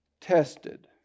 tested